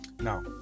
now